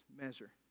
measure